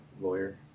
Lawyer